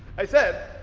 i said,